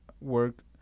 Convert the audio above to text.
work